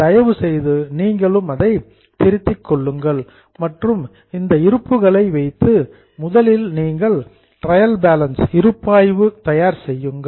தயவு செய்து நீங்களும் அதை திருத்திக் கொள்ளுங்கள் மற்றும் இந்த இருப்புகளை வைத்து முதலில் நீங்கள் ட்ரையல் பேலன்ஸ் இருப்பாய்வு தயார் செய்யுங்கள்